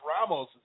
ramos